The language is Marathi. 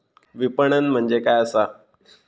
विपणन म्हणजे काय असा?